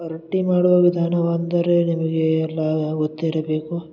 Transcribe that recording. ರೊಟ್ಟಿ ಮಾಡುವ ವಿಧಾನವಂದರೆ ನಿಮಗೆ ಎಲ್ಲ ಗೊತ್ತಿರಬೇಕು